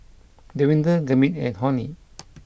Davinder Gurmeet and Homi